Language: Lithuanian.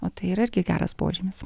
o tai yra irgi geras požymis